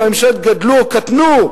אם הממשלות גדלו או קטנו.